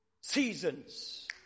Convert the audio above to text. seasons